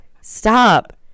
stop